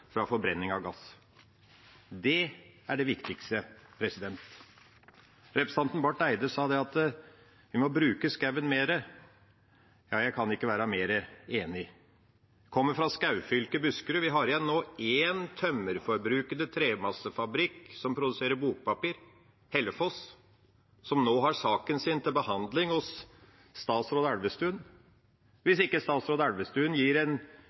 fra forbrenning av gass. Det er det viktigste. Representanten Barth Eide sa at vi må bruke skauen mer. Ja, jeg kan ikke være mer enig. Jeg kommer fra skaufylket Buskerud. Vi har igjen én tømmerforbrukende tremassefabrikk som produserer bokpapir – Hellefoss – som nå har saken sin til behandling hos statsråd Elvestuen. Hvis ikke statsråd Elvestuen gir